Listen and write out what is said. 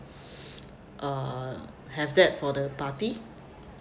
uh have that for the party